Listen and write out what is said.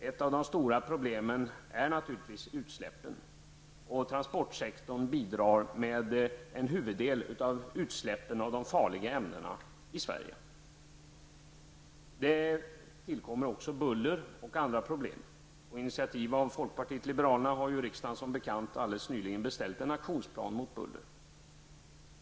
Ett av problemen är de stora utsläppen av farliga ämnen i Sverige. Transportsektorn bidrar med huvuddelen av dessa utsläpp. Det tillkommer också buller och andra problem. På initiativ av folkpartiet liberalerna har riksdagen som bekant beställt en aktionsplan mot buller.